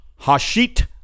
Hashit